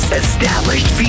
established